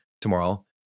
tomorrow